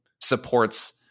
supports